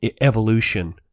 evolution